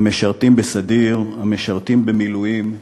המשרתים בסדיר, המשרתים במילואים.